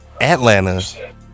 Atlanta